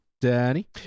Danny